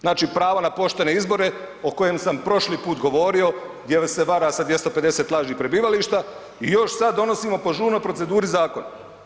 Znači pravo na poštene izbore o kojem sam prošli put govorio jer se vara sa 250 lažnih prebivališta i još sad donosimo po žurnoj proceduri zakon.